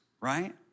right